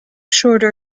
shorter